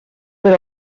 per